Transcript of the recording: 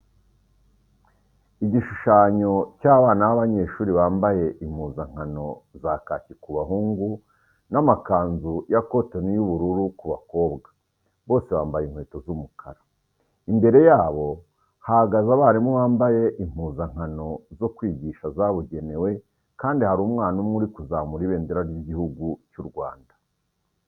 Igishushanyo cy'abana b'abanyeshuri bambaye impuzankano za kaki ku bahungu, n'amakanzu ya kontoni y'ubururu ku bakobwa, bose bambaye inkweto z'umukara. Imbere yabo hahagaze abarimu bambaye impuzankano zo kwigisha zabugenewe kandi hari umwana umwe uri kuzamura ibendera ry'Igihugu cy'u Rwanda.